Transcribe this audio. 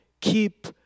Keep